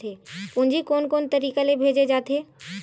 पूंजी कोन कोन तरीका ले भेजे जाथे?